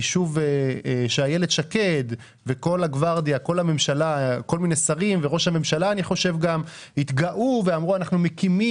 היישוב שאיילת שקד וכל מיני שרים וראש הממשלה התגאו שהם מקימים,